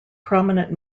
prominent